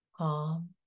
Calm